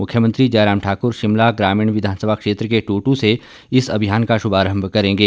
मुख्यमंत्री जयराम ठाकुर शिमला ग्रामीण विधानसभा क्षेत्र के टुटू से इस अभियान का शुभारंभ करेंगे